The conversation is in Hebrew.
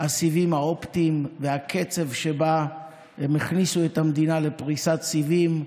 הסיבים האופטיים והקצב שבה הם הכניסו את המדינה לפריסת סיבים,